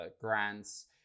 grants